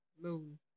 moon